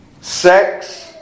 sex